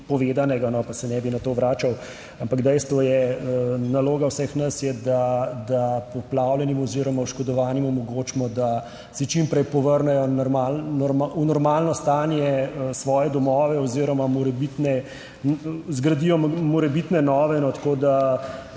povedanega, pa se ne bi na to vračal, ampak dejstvo je, naloga vseh nas je, da poplavljenim oziroma oškodovanim omogočimo, da si čim prej povrnejo v normalno stanje svoje domove oziroma morebitne zgradijo morebitne nove. Tako da